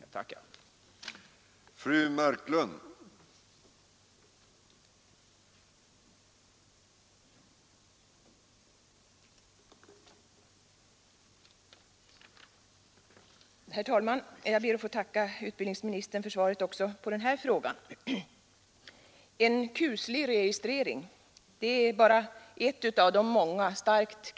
Jag tackar för det.